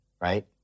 Right